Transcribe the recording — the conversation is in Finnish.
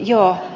joo